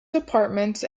departments